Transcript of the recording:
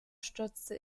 stürzte